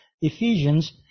Ephesians